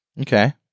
Okay